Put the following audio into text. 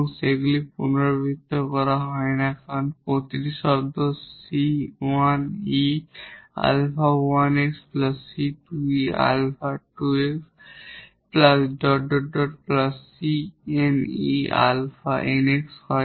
এবং সেগুলি রিপিটেড করা হয় না কারণ এখানে প্রতিটি টার্ম 𝑐1𝑒 𝛼1𝑥 𝑐2𝑒 𝛼2𝑥 ⋯ 𝑐𝑛𝑒 𝛼𝑛𝑥 হয়